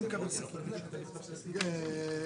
(הישיבה נפסקה בשעה 11:13